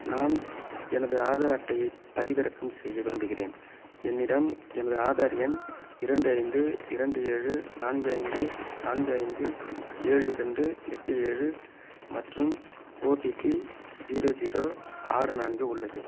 நான் எனது ஆதார் அட்டையைப் பதிவிறக்கம் செய்ய விரும்புகிறேன் என்னிடம் எனது ஆதார் எண் இரண்டு ஐந்து இரண்டு ஏழு நான்கு ஐந்து நான்கு ஐந்து ஏழு இரண்டு எட்டு ஏழு மற்றும் ஓடிபி ஜீரோ ஜீரோ ஆறு நான்கு உள்ளது